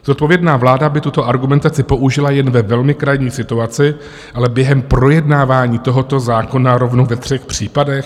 Zodpovědná vláda by tuto argumentaci použila jen ve velmi krajní situaci, ale během projednávání tohoto zákona rovnou ve třech případech?